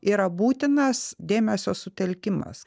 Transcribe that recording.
yra būtinas dėmesio sutelkimas